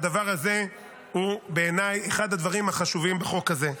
והדבר הזה הוא בעיניי אחד הדברים החשובים בחוק הזה.